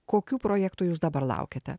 kokių projektų jūs dabar laukiate